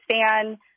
fan